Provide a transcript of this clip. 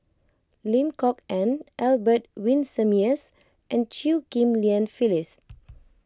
Lim Kok Ann Albert Winsemius and Chew Ghim Lian Phyllis